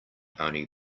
only